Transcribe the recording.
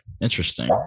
Interesting